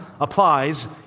applies